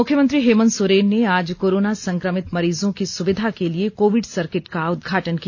मुख्यमंत्री हेमंत सोरेन ने आज कोरोना संक्रमित मरीजों की सुविधा के लिए कोविड सर्किट का उद्घाटन किया